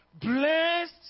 Blessed